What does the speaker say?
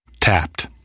Tapped